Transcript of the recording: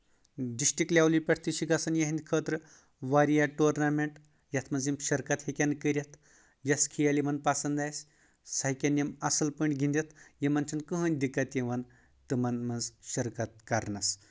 district لیولہِ پؠٹھ تہِ چھِ گژھان یِہنٛدِ خٲطرٕ واریاہ ٹورنامٹ یتھ منٛز یِم شِرکت ہیکن کٔرِتھ یۄس کھیل یِمن پسنٛد آسہِ سۄ ہؠکن یِم اَصٕل پٲٹھۍ گنٛدِتھ یِمن چھنہٕ کٕہٕنۍ دِکت یِوان تِمن منٛز شرکت کرنس